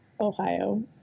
Ohio